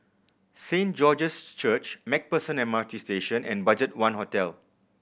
Saint George's Church Macpherson M R T Station and BudgetOne Hotel